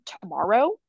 tomorrow